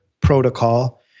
protocol